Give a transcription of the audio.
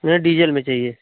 ना डीजल में चाहिए